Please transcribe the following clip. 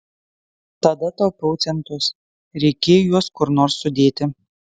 tada taupiau centus reikėjo juos kur nors sudėti